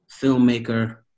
filmmaker